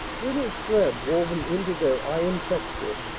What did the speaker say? brittle thread woven into their iron texture,